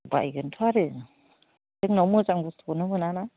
बायगोनथ' आरो जोंनाव मोजां बुस्तुखौनो मोनाना